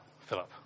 Philip